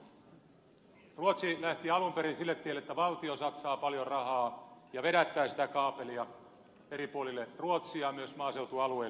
ruotsi lähti alun perin sille tielle että valtio satsaa paljon rahaa ja vedättää sitä kaapelia eripuolille ruotsia myös maaseutualueille